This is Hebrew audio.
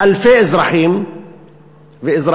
אלפי אזרחים ואזרחיות,